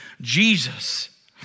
Jesus